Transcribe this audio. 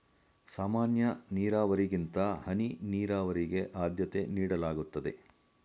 ಸಾಮಾನ್ಯ ನೀರಾವರಿಗಿಂತ ಹನಿ ನೀರಾವರಿಗೆ ಆದ್ಯತೆ ನೀಡಲಾಗುತ್ತದೆ